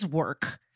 work